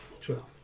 Twelve